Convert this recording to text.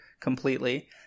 completely